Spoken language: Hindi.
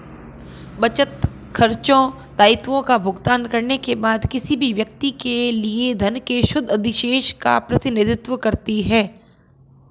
बचत, खर्चों, दायित्वों का भुगतान करने के बाद किसी व्यक्ति के लिए धन के शुद्ध अधिशेष का प्रतिनिधित्व करती है